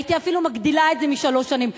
הייתי אפילו מגדילה את זה משלוש שנים.